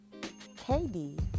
KD